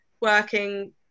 working